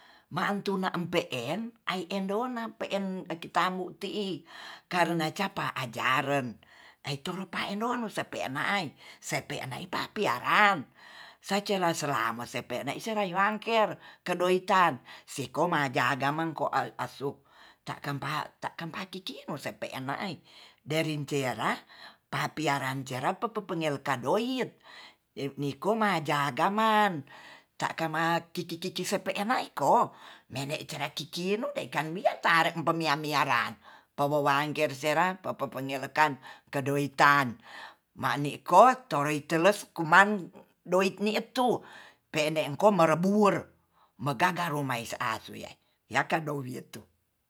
Malaan tuna empe'en ai endona pe'en eti tabu ti'i karna capa ajaren itu rupaen dolnu sepe'enai, sepe' enai paiaarang sacela selang masepe ne serai wangker kedeoitan siko majaga mangko asu-asup takampa. takampa kikimu sempe yang no ai derincerah papiaran cerapapa penga doil nikoma jaga man takama ki-ki-ki sepe e maiko mene cere kikinu dekan wie tare pamia-mia ran powowangke sera peperekan kedoitan ma'ni ko toroi keles kuman doi ni tu pene ko marebur mekaka ru mais asue yakang doilietu